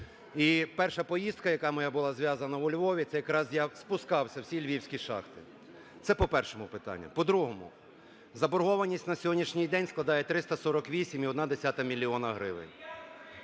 І перша поїздка, яка моя була зв'язана у Львові, це якраз я спускався у всі Львівські шахти. Це по першому питанню. По другому. Заборгованість на сьогоднішній день складає 348,1 мільйона